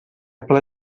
ple